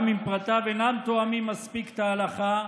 גם אם פרטיו אינם תואמים מספיק את ההלכה,